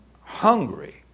hungry